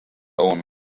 own